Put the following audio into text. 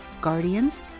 guardians